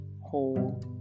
whole